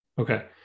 Okay